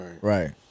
Right